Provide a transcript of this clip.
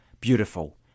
beautiful